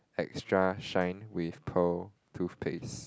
extra shine with pearl toothpaste